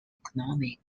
economic